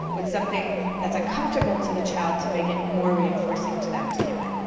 with something that's uncomfortable to the child, to make it more reinforcing to them to do it.